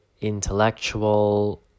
intellectual